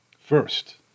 first